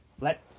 Let